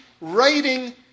writing